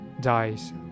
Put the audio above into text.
dies